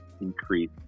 increase